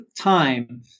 time